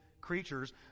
creatures